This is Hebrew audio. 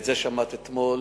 ואת זה שמעת אתמול